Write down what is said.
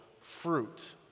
fruit